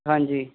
ਹਾਂਜੀ